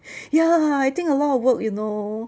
ya I think a lot of work you know